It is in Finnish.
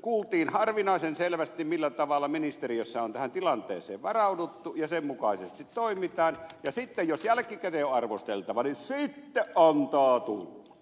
kuultiin harvinaisen selvästi millä tavalla ministeriössä on tähän tilanteeseen varauduttu ja sen mukaisesti toimitaan ja sitten jos jälkikäteen on arvosteltava niin sitten antaa tulla